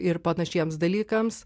ir panašiems dalykams